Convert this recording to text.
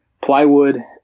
plywood